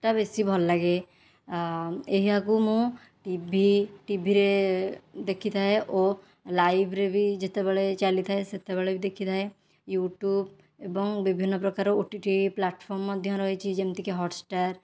ଟା ବେଶି ଭଲ ଲାଗେ ଏହାକୁ ମୁଁ ଟିଭି ଟିଭିରେ ଦେଖିଥାଏ ଓ ଲାଇଭ୍ରେ ବି ଯେତେବେଳେ ଚାଲିଥାଏ ସେତେବେଳେ ବି ଦେଖିଥାଏ ୟୁଟ୍ୟୁବ ଏବଂ ବିଭିନ୍ନ ପ୍ରକାର ଓ ଟି ଟି ପ୍ଲାଟଫର୍ମ ମଧ୍ୟ ରହିଛି ଯେମିତି କି ହଟ୍ଷ୍ଟାର୍